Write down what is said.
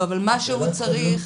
מה שהוא צריך,